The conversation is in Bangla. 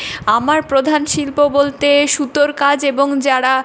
আমার প্রধান শিল্প বলতে সুতোর কাজ এবং যারা